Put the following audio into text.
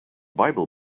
bible